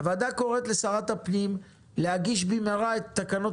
הוועדה קוראת לשרת הפנים להגיש במהרה את תקנות